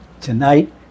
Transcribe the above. tonight